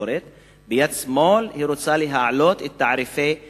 הבצורת וביד שמאל היא רוצה להעלות את תעריפי המים.